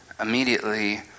immediately